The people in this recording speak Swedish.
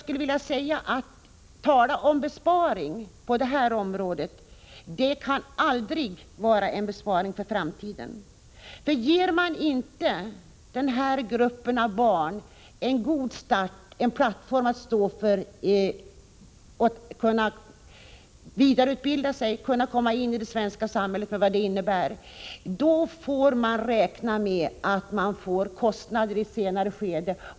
Men en besparing på detta område kan aldrig vara en besparing för framtiden. Ger man inte denna grupp av barn en god start och en plattform att stå på för att kunna vidareutbilda sig och komma in i det svenska samhället, med allt vad det innebär, får vi räkna med kostnader i ett senare skede.